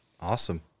awesome